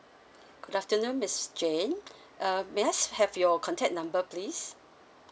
good afternoon miss jane uh may I uh have your contact number please